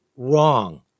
Wrong